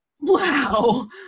wow